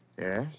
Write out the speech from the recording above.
Yes